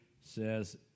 says